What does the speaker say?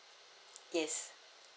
yes